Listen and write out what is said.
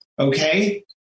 okay